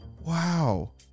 Wow